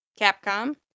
Capcom